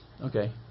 Okay